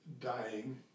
dying